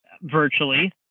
virtually